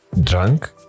drunk